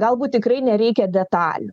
galbūt tikrai nereikia detalių